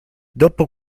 dopo